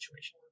situation